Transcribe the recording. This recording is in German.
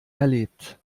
erlebt